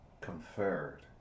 conferred